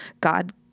God